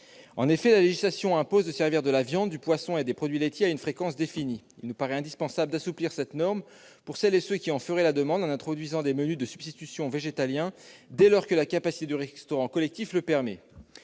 En effet, la législation impose de servir de la viande, du poisson et des produits laitiers à une fréquence définie. Il nous paraît indispensable d'assouplir cette norme pour celles et ceux qui en feraient la demande, en introduisant des menus de substitution végétaliens, dès lors que la capacité du restaurant collectif le permet.